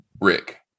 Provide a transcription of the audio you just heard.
Rick